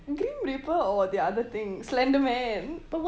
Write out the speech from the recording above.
grim reaper or the other thing slender man